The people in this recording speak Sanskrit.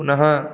पुनः